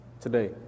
today